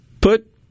Put